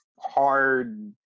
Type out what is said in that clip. hard